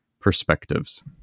perspectives